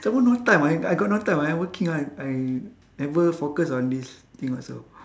some more no time I I got no time I working I I never focus on this thing also